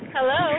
Hello